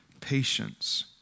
patience